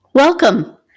Welcome